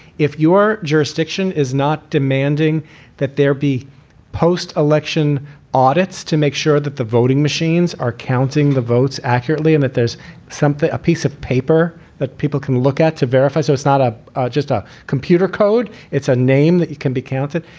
if your jurisdiction is not demanding that there be post-election audits to make sure that the voting machines are counting the votes accurately and that there's simply a piece of paper that people can look at to verify. so it's not ah just a computer code, it's a name that can be counted.